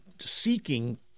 seeking